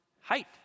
height